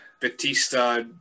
Batista